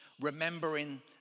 remembering